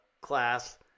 class